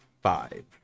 five